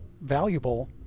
valuable